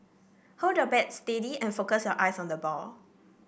hold your bat steady and focus your eyes on the ball